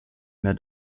mehr